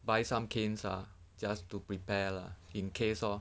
buy some canes ah just to prepare lah in case lor